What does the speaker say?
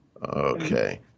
Okay